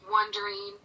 wondering